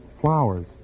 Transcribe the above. Flowers